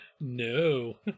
No